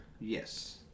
Yes